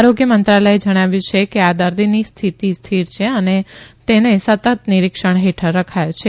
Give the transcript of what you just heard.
આરોગ્ય મંત્રાલયે જણાવ્યુ કે આ દર્દીની સ્થિતિ સ્થિર છે અને તેન સતત નીરક્ષણ હેઠળ રખાયો છે